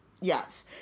Yes